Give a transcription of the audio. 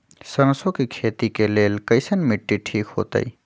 सरसों के खेती के लेल कईसन मिट्टी ठीक हो ताई?